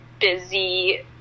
busy